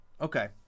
okay